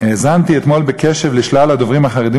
"האזנתי אתמול בקשב לשלל הדוברים החרדים